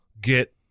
get